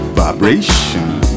vibration